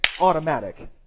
automatic